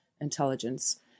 intelligence